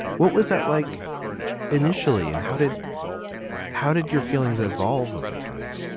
what was that like initially and how did how did your feelings evolve over time?